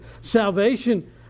salvation